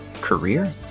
career